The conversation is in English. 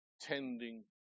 tending